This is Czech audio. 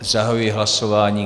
Zahajuji hlasování.